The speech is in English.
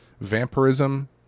vampirism